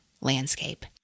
landscape